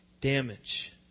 damage